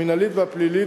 המינהלית והפלילית,